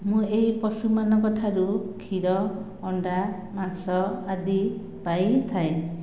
ମୁଁ ଏହି ପଶୁମାନଙ୍କ ଠାରୁ କ୍ଷୀର ଅଣ୍ଡା ମାଂସ ଆଦି ପାଇଥାଏ